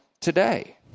today